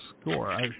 score